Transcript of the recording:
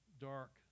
dark